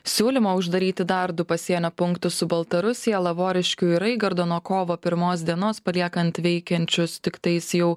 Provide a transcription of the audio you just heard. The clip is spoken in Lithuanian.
siūlymo uždaryti dar du pasienio punktus su baltarusija lavoriškiųir raigardo nuo kovo pirmos dienos paliekant veikiančius tiktais jau